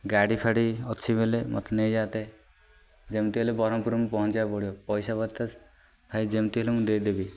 ଗାଡ଼ି ଫାଡ଼ି ଅଛି ବଲେ ମୋତେ ନେଇଯାଆନ୍ତେ ଯେମିତି ହେଲେ ବ୍ରହ୍ମପୁର ମୁଁ ପହଞ୍ଚିବାକୁ ପଡ଼ିବ ପଇସା ଭାଇ ଯେମିତି ହେଲେ ମୁଁ ଦେଇ ଦେବି